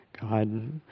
god